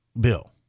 Bill